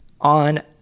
on